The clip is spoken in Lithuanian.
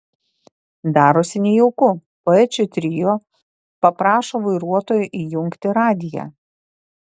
darosi nejauku poečių trio paprašo vairuotojo įjungti radiją